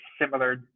similar